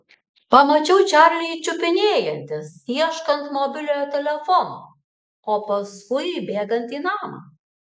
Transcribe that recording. pamačiau čarlį čiupinėjantis ieškant mobiliojo telefono o paskui įbėgant į namą